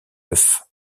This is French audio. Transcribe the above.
œuf